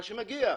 מה שמגיע.